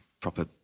proper